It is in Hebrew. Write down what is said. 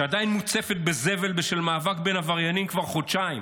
שעדיין מוצפת בזבל בשל מאבק בין עבריינים כבר חודשיים.